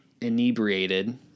inebriated